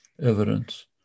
evidence